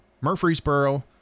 Murfreesboro